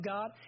God